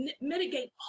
mitigate